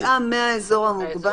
יציאה מהאזור המוגבל.